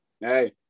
hey